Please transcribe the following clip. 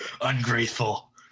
Ungrateful